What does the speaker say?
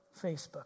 Facebook